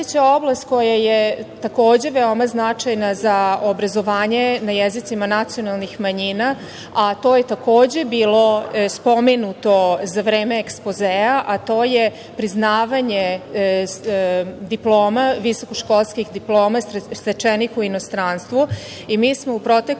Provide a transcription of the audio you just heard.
oblast koja je takođe veoma značajna za obrazovanje na jezicima nacionalnih manjina, a to je takođe bilo spomenuto za vreme ekspozea, a to je priznavanje diploma, visokoškolskih diploma stečenih u inostranstvu i mi smo u proteklom